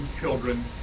children